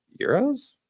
euros